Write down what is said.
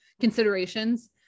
considerations